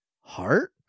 heart